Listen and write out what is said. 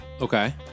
Okay